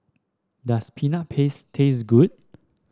does Peanut Paste taste good